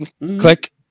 Click